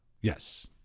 Yes